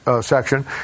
section